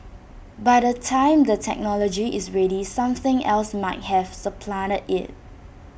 by the time the technology is ready something else might have supplanted IT